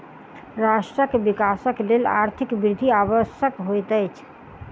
राष्ट्रक विकासक लेल आर्थिक वृद्धि आवश्यक होइत अछि